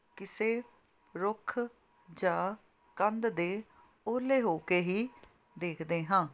ਕਿਸੇ ਰੁੱਖ ਜਾਂ ਕੰਧ ਦੇ ਉਹਲੇ ਹੋ ਕੇ ਹੀ ਦੇਖਦੇ ਹਾਂ